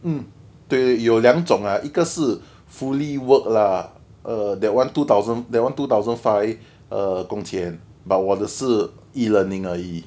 mmhmm 对对有两种 lah 一个是 fully work lah err that one two thousand that one two thousand five err 工钱 but 我的是 e-learning 而已